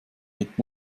mit